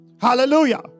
Hallelujah